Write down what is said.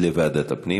להעביר לוועדת הפנים.